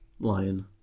Lion